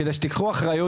כדי שאתם תיקחו אחריות,